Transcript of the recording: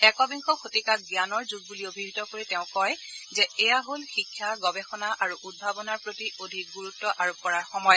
একবিংশ শতিকাক জানৰ যুগ বুলি অভিহিত কৰি তেওঁ কয় যে এয়া হল শিক্ষা গৱেষণা আৰু উদ্ভাৱনাৰ প্ৰতি অধিক গুৰুত্ব আৰোপ কৰাৰ সময়